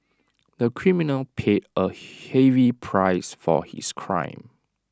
the criminal paid A heavy price for his crime